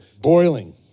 boiling